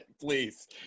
Please